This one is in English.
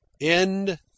End